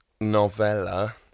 Novella